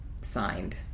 signed